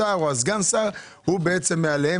השר או סגן השר הוא מעליהם,